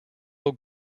old